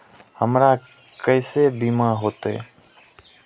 हमरा केसे बीमा होते?